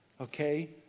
okay